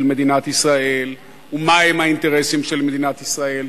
מדינת ישראל ומהם האינטרסים של מדינת ישראל.